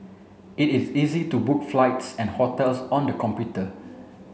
it is easy to book flights and hotels on the computer